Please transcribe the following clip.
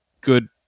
good